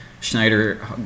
Schneider